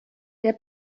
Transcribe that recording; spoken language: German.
der